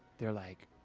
they're like.